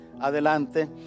adelante